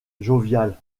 jovial